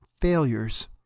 failures